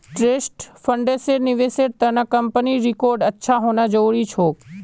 trust फंड्सेर निवेशेर त न कंपनीर रिकॉर्ड अच्छा होना जरूरी छोक